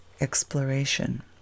exploration